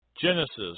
Genesis